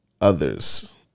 others